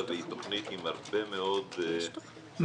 והיא תכנית עם הרבה מאוד --- מאיר,